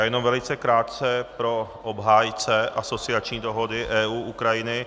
Jenom velice krátce pro obhájce asociační dohody EU, Ukrajiny.